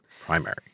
primary